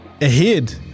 Ahead